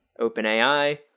OpenAI